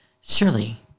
surely